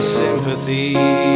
sympathy